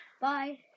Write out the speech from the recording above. Bye